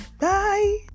Bye